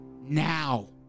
Now